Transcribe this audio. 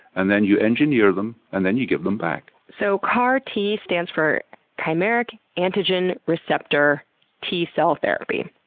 and then you engineer them, and then you give them back. so, car t stands for chimeric antigen receptor t-cell therapy.